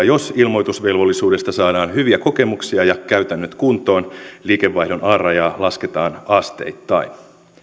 jos ilmoitusvelvollisuudesta saadaan hyviä kokemuksia ja käytännöt kuntoon liikevaihdon alarajaa lasketaan asteittain